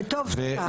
וטוב שכך.